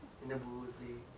rooster ya